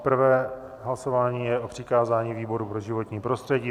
Prvé hlasování je o přikázání výboru pro životní prostředí.